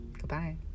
Goodbye